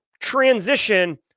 transition